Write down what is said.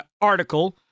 article